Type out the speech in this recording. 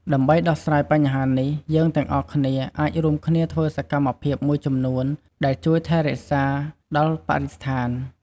ដើម្បីដោះស្រាយបញ្ហានេះ យើងទាំងអស់គ្នាអាចរួមគ្នាធ្វើសកម្មភាពមួយចំនួនដែលជួយថែរក្សាដល់បរិស្ថាន។